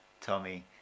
Tommy